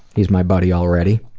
he's my buddy already.